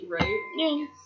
Right